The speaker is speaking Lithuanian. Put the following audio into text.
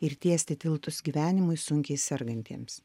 ir tiesti tiltus gyvenimui sunkiai sergantiems